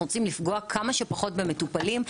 אנחנו רוצים כמה שפחות לפגוע במטופלים,